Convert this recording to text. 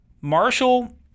Marshall